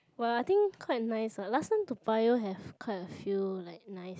!wah! I think quite nice ah last time Toa Payoh have quite a few like nice